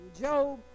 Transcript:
Job